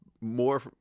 more